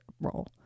role